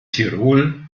tirol